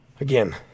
again